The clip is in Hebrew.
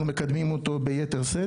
אנחנו מקדמים אותו ביתר שאת.